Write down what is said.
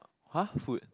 !huh! food